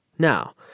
Now